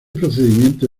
procedimiento